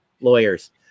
lawyers